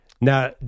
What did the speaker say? Now